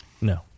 No